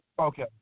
Okay